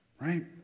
Right